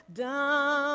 down